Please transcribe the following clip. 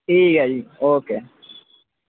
ठीक ऐ जी ओके